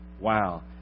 Wow